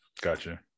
gotcha